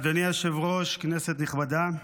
אדוני היושב-ראש, כנסת נכבדה,